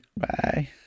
Bye